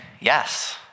yes